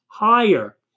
Higher